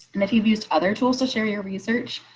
and if you've used other tools to share your research.